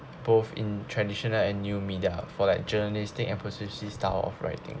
both in traditional and new media for like journalistic emphasis style of writing